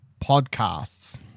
podcasts